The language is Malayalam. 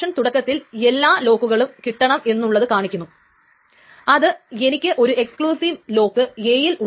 ഇനി ഇതിന്റെ മറ്റൊരു വെർഷൻ ആയിട്ട് നമ്മുടെ കൈയിൽ ഉള്ളത് strict time stamp ordering protocol ആണ്